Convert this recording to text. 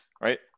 right